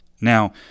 Now